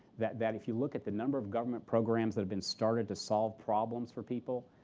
that that if you look at the number of government programs that have been started to solve problems for people,